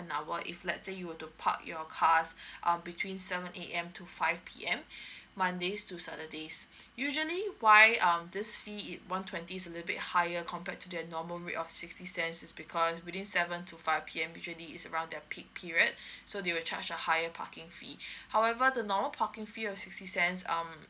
hour if let's say you were to park your cars um between seven A_M to five P_M mondays to saturdays usually why um this fees it one twenty a little bit higher compared to the normal rate of sixty cents is because within seven to five P_M usually is around their peak period so they will charge a higher parking fee however the normal parking fee of sixty cents um